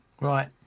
Right